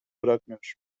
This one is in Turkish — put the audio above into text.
bırakmıyor